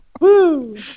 Woo